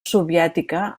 soviètica